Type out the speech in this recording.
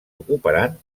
ocuparan